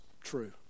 true